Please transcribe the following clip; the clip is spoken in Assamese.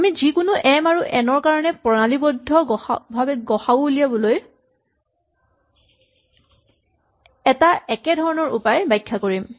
আমি যিকোনো এম আৰু এন ৰ কাৰণে প্ৰণালীবদ্ধ গ সা উ উলিয়াবলৈ এটা একেধৰণৰ উপায় ব্যাখ্যা কৰিম